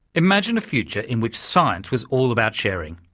imagine a future in which science was all about sharing,